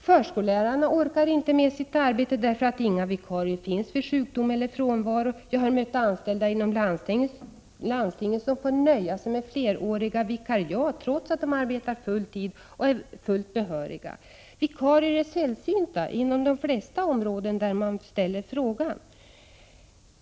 Förskollärarna orkar inte med sitt arbete, därför att inga vikarier finns vid sjukdom eller frånvaro. Jag har mött anställda inom landstingen som fått nöja sig med fleråriga vikariat, trots att de arbetar full tid och är behöriga. Vikarier är sällsynta inom de flesta områden.